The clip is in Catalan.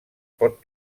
pot